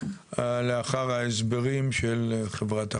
לאחר ההסברים של חברת החשמל.